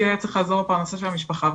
כי היה צריך לעזור לפרנסה של המשפחה.